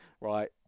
right